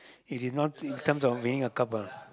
it is not in terms of winning a cup ah